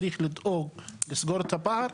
כמובן שצריך לסגור את הפער,